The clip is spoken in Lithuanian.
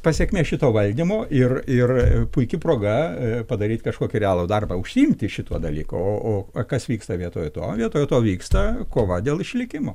pasekmė šito valdymo ir ir puiki proga padaryt kažkokį realų darbą užsiimti šituo dalyku o o kas vyksta vietoj to vietoj to vyksta kova dėl išlikimo